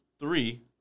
Three